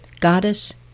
goddess